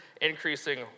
increasing